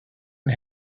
and